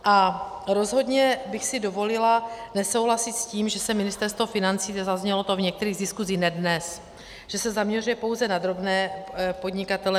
A rozhodně bych si dovolila nesouhlasit s tím, že se Ministerstvo financí, zaznělo to v některých z diskusí, ne dnes, že se zaměřuje pouze na drobné podnikatele.